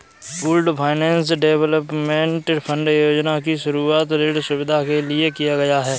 pooled finance development fund योजना की शुरूआत ऋण सुविधा के लिए किया गया है